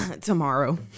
tomorrow